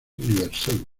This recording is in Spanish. universal